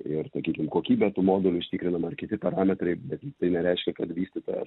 ir sakykim kokybė tų modelių užtikrinama ir kiti parametrai bet tai nereiškia kad vystytojas